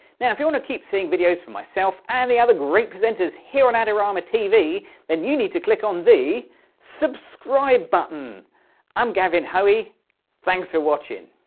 now if you wanna keep seeing videos for myself and the other great present is here and adorama tv and you need to click on the subscribe button i'm gavin hoey thanks for watching